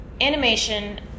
animation